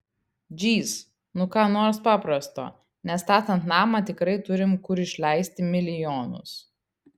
džyz nu ką nors paprasto nes statant namą tikrai turim kur išleisti milijonus